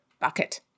bucket